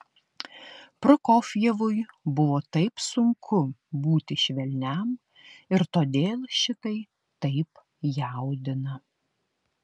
prokofjevui buvo taip sunku būti švelniam ir todėl šitai taip jaudina